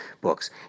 books